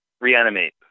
Reanimate